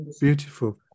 beautiful